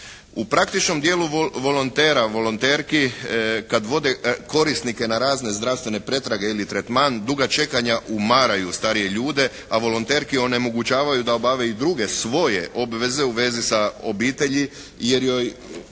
U praktičnom djelu volontera, volonterki kad vode korisnike na razne zdravstvene pretrage i tretman, duga čekanja umaraju starije ljude, a volonterki onemogućavaju da obave i druge svoje obveze u vezi sa obitelji, jer im